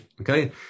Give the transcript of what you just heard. Okay